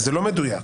זה לא מדויק,